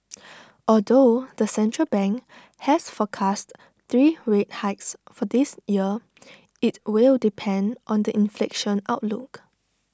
although the central bank has forecast three rate hikes for this year IT will depend on the inflation outlook